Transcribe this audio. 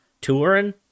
touring